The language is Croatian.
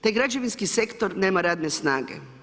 Taj građevinski sektor nema radne snage.